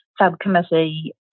subcommittee